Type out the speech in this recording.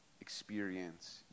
experience